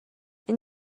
این